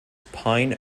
pine